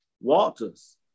Walters